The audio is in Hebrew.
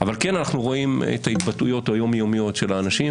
אבל כן אנחנו רואים את ההתבטאויות היום-יומיות של האנשים,